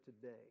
today